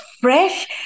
fresh